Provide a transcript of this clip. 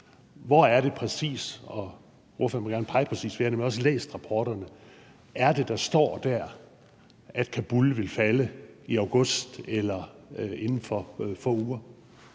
Hvor er det præcis – og ordføreren må gerne pege præcis på det, for jeg har nemlig også læst rapporterne – at der står, at Kabul ville falde i august eller inden for få uger?